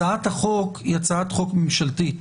הצעת החוק היא הצעת חוק ממשלתית.